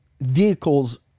vehicles